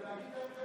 ולהגיד להם,